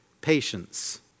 patience